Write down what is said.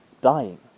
dying